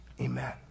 amen